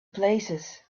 places